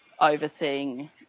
overseeing